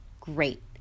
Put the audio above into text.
great